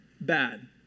bad